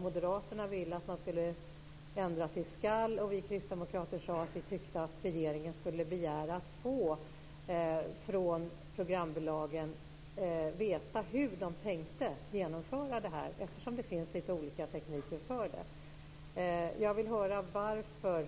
Moderaterna ville att man skulle ändra till "skall", och vi kristdemokrater sade att vi tyckte att regeringen skulle begära att få veta från programbolagen hur de tänkte genomföra detta, eftersom det finns lite olika tekniker för det. Jag vill höra varför